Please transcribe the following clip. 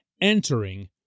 entering